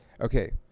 okay